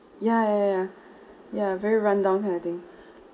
ya ya ya ya very run down kind of thing